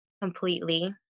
completely